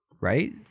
Right